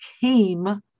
came